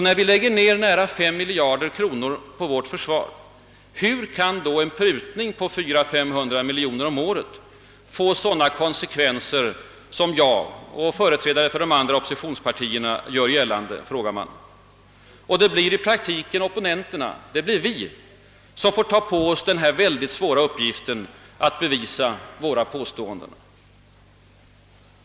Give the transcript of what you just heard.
När vi lägger ned nära 5 miljarder kronor på vårt försvar, hur kan då en prutning på 400—500 miljoner om året få sådana konsekvenser som jag och företrädare för de andra oppositionspartierna gör gällande, frågar man. Det blir i praktiken opponenterna, det blir vi som får ta på oss den svåra uppgiften att bevisa våra påståenden.